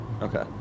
Okay